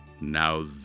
Now